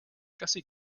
gussie